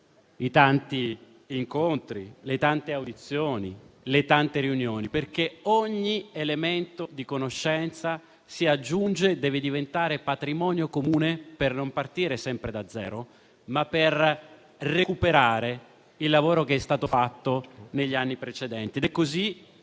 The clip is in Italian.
nel corso delle diverse legislature, perché ogni elemento di conoscenza si aggiunge e deve diventare patrimonio comune per non partire sempre da zero, ma per recuperare il lavoro che è stato fatto negli anni precedenti.